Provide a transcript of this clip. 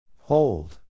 Hold